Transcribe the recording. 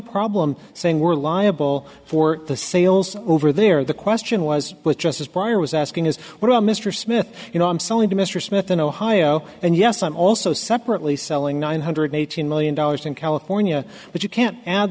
problem saying we're liable for the sales over there the question was was justice pryor was asking as well mr smith you know i'm selling to mr smith in ohio and yes i'm also separately selling nine hundred eighteen million dollars in california but you can't add